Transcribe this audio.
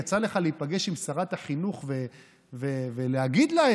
יצא לך להיפגש עם שרת החינוך ולהגיד לה,